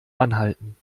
anhalten